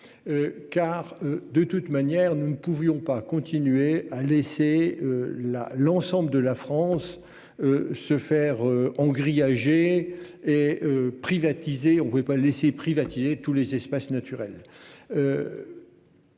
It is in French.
Car de toute manière, nous ne pouvions pas continuer à laisser. Là l'ensemble de la France. Se faire ont grillagé et. Privatisé, on ne pouvait pas laisser privatiser tous les espaces naturels.--